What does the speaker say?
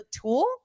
tool